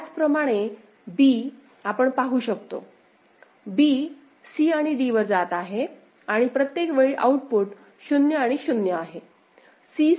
त्याचप्रमाणे b आपण पाहू शकतो b c आणि d वर जात आहे आणि प्रत्येक वेळी आउटपुट 0 आणि 0 आहे